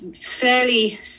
fairly